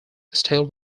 still